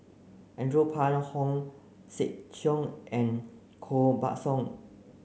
Andrew Phang Hong Sek Chern and Koh Buck Song